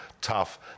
tough